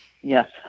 Yes